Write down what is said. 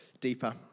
deeper